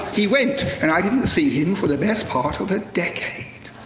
he went, and i didn't see him for the best part of a decade.